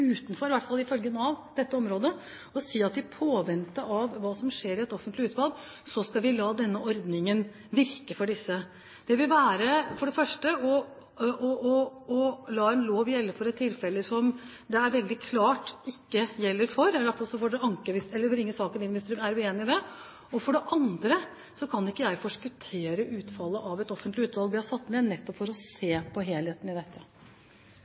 utenfor dette området, i hvert fall ifølge Nav, og si at i påvente av hva som skal skje i et offentlig utvalg, skal vi la denne ordningen virke for disse. Det ville for det første være å la en lov gjelde for et tilfelle som det veldig klart ikke gjelder for – man får bringe saken inn hvis man er uenige i det – og for det andre kan ikke jeg forskuttere utfallet av et offentlig utvalg vi har satt ned nettopp for å se på helheten i dette.